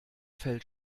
fällt